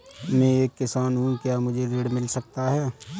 मैं एक किसान हूँ क्या मुझे ऋण मिल सकता है?